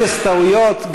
אפס טעויות,